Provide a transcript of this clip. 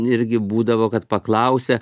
irgi būdavo kad paklausia